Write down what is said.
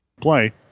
play